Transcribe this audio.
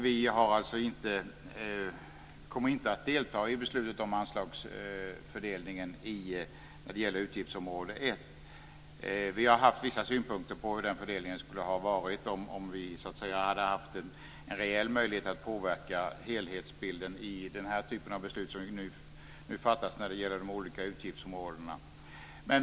Vi kommer inte att delta i beslutet om anslagsfördelning när det gäller utgiftsområde 1. Vi har haft vissa synpunkter på hur den fördelningen skulle ha skett om vi hade haft en reell möjlighet att påverka helhetsbilden i den här typen av beslut som nu fattas om de olika utgiftsområdena.